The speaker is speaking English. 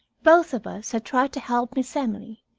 both of us had tried to help miss emily.